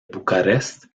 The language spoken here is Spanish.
bucarest